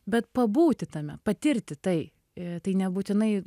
bet pabūti tame patirti tai e tai nebūtinai